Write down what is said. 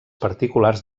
particulars